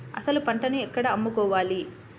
అసలు పంటను ఎక్కడ అమ్ముకోవాలి?